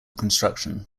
construction